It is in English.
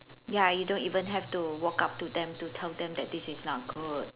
ya you don't even have to walk up to them to tell them that this is not good